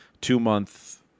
two-month